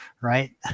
right